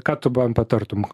ką tu man patartum